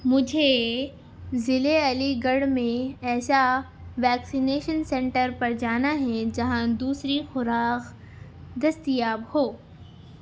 مجھے ضلع علی گڑھ میں ایسا ویکسینیشن سنٹر پر جانا ہے جہاں دوسری خوراک دستیاب ہو